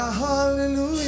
hallelujah